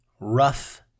rough